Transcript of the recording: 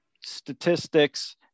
statistics